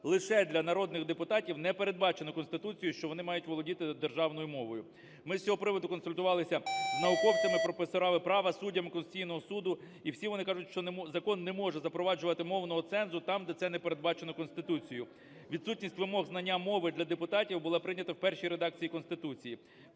лише для народних депутатів не передбачено Конституцією, що вони мають володіти державною мовою. Ми з цього приводу консультувалися з науковцями, професорами права, суддями Конституційного Суду, і всі вони кажуть, що закон не може запроваджувати мовного цензу там, де це не передбачено Конституцією. Відсутність вимог знання мови для депутатів була прийнята в першій редакції Конституції.